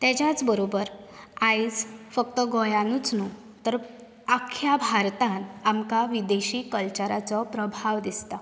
तेज्याच बरोबर आयज फक्त गोंयानूच न्हू तर आख्ख्या भारतांत आमकां विदेशी कल्चराचो प्रभाव दिसता